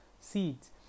seeds